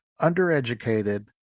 undereducated